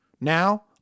Now